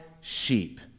sheep